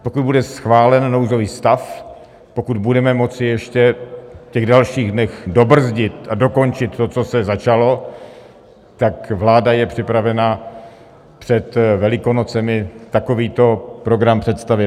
Pokud bude schválen nouzový stav, pokud budeme moci ještě v těch dalších dnech dobrzdit a dokončit to, co se začalo, tak vláda je připravena před Velikonocemi takovýto program představit.